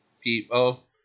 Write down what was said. people